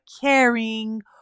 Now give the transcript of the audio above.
caring